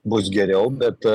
bus geriau bet